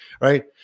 right